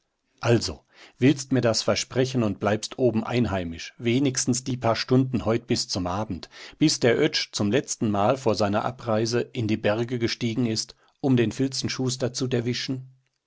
also willst mir das versprechen und bleibst oben einheimisch wenigstens die paar stunden heut bis zum abend bis der oetsch zum letzten mal vor seiner abreise in die berge gestiegen ist um den filzenschuster zu derwischen